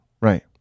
Right